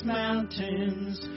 mountains